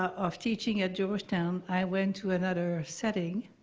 of teaching at georgetown, i went to another setting,